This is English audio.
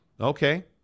Okay